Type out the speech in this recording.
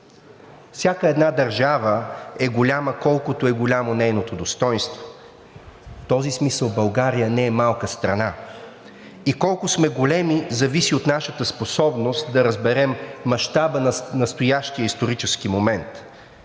Всяка една държава е голяма, колкото е голямо нейното достойнство. В този смисъл България не е малка страна. Колко сме големи зависи от нашата способност да разберем мащаба на настоящия исторически момент,